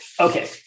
okay